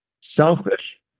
selfish